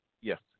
yes